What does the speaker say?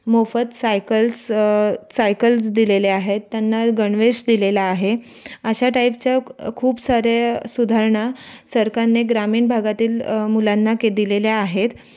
मोफत cycles cycles दिलेल्या आहेत त्यांना गणवेश दिलेला आहे अशा टाइपच्या खूप साऱ्या सुधारणा सरकारने ग्रामीण भागातील मुलांना के दिलेल्या आहेत